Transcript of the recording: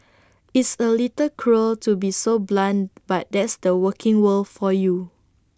it's A little cruel to be so blunt but that's the working world for you